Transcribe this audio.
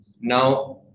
now